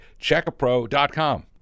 Checkapro.com